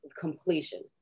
completion